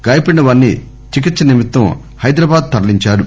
గాయపడినవారిని చికిత్స నిమిత్తం హైదరబాద్ తరలించారు